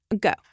go